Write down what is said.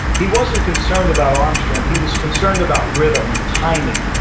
he wasn't concerned about arm strength. he was concerned about rhythm, and timing,